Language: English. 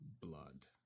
blood